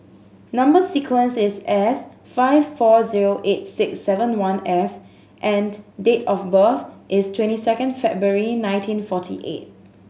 number sequence is S five four zero eight six seven one F and date of birth is twenty second February nineteen forty eight